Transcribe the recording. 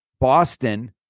Boston